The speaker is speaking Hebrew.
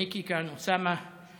מיקי כאן, אוסאמה.